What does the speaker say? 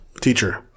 teacher